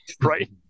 Right